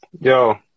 Yo